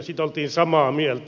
siitä oltiin samaa mieltä